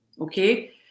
Okay